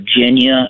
Virginia